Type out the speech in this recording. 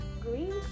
green